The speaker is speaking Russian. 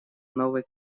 новой